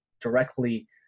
directly